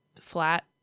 flat